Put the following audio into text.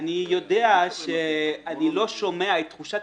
אני לא שומע את תחושת